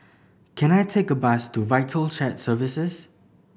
can I take a bus to Vital Shared Services